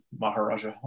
maharaja